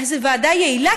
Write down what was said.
איזו ועדה יעילה,